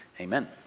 Amen